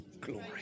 Glory